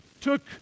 took